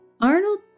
Arnold